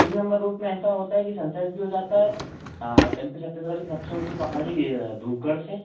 तीन number route में ऐसा होता है कि सनसेट भी हो जाता है एम पी छत्तीसगढ़ की सबसे ऊँची पहाड़ी धूपगढ़ से